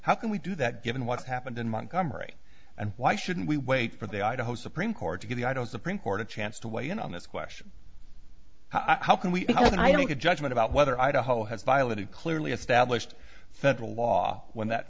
how can we do that given what's happened in montgomery and why shouldn't we wait for the idaho supreme court to get the i don't supreme court a chance to weigh in on this question how can we make a judgment about whether idaho has violated clearly established federal law when that